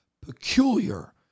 peculiar